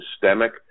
systemic